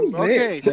okay